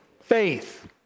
Faith